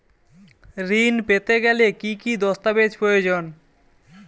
ঋণ পেতে গেলে কি কি দস্তাবেজ প্রয়োজন?